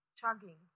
chugging